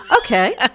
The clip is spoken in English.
Okay